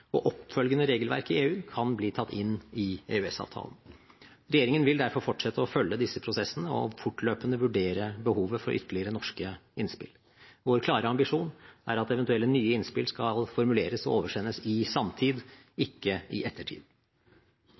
og oppfølgende regelverk i EU kan bli tatt inn i EØS-avtalen. Regjeringen vil derfor fortsette å følge disse prosessene og fortløpende vurdere behovet for ytterligere norske innspill. Vår klare ambisjon er at eventuelle nye innspill skal formuleres og oversendes i sanntid, ikke i ettertid.